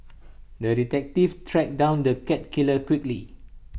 the detective tracked down the cat killer quickly